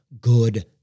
good